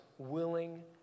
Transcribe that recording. willing